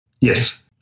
Yes